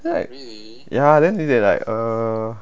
ya then they like uh